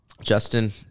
Justin